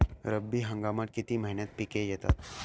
रब्बी हंगामात किती महिन्यांत पिके येतात?